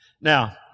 Now